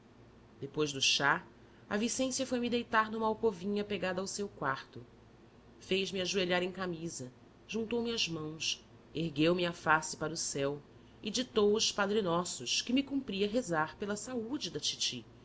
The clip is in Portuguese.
depois do chá a vicência foi-me deitar numa alcovinha pegada ao seu quarto fez-me ajoelhar em camisa juntou me as mãos e ergueu me a face para o céu e ditou os padre nossos que me cumpria rezar pela saúde da titi